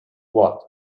what